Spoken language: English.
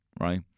Right